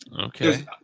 Okay